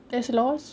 there's laws